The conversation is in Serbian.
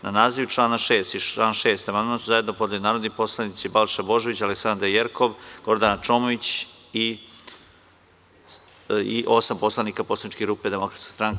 Na naziv člana 6. i član 6. amandman su zajedno podneli narodni poslanici Balša Božović, Aleksandra Jerkov, Gordana Čomić i osam poslanika poslaničke grupe Demokratska stranka.